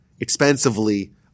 expensively